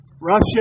Russia